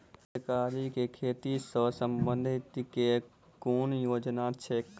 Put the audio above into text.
तरकारी केँ खेती सऽ संबंधित केँ कुन योजना छैक?